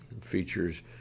features